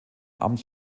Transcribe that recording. amt